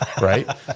right